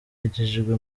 yagejejwe